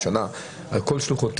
הממשלה על שלוחותיה,